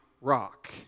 rock